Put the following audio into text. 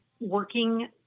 working